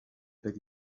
per